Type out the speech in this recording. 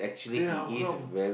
then how come